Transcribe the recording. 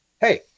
hey